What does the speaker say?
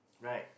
right